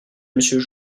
monsieur